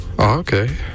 Okay